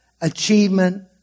achievement